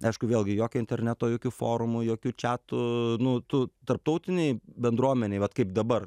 aišku vėlgi jokio interneto jokių forumų jokių čiatų nu tu tarptautinėj bendruomenėj vat kaip dabar